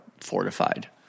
fortified